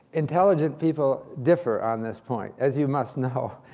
intelligent people differ on this point, as you must know.